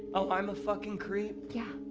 oh, i'm a fucking creep? yeah.